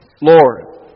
Lord